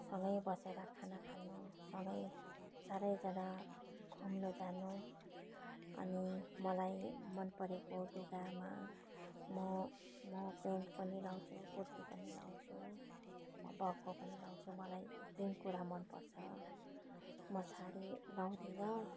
सँगै बसेर खाना खानु सँगै चारैजना घुम्नु जानु अनि मलाई मन परेको लुगामा म म पेन्ट पनि लाउँछु कुर्ती पनि लाउँछु म बर्को पनि लाउँछु मलाई त्यही कुरा मन पर्छ म साडी लाउदिनँ